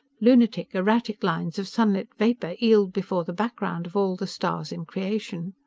lunatic, erratic lines of sunlit vapor eeled before the background of all the stars in creation.